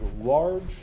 large